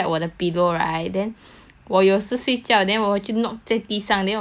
我有时睡觉 then 我就 knock 在地上 then 我也就找不到 !wah! sian